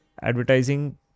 advertising